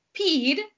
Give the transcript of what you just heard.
peed